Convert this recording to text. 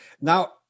Now